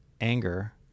anger